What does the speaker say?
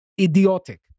idiotic